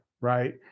Right